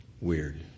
weird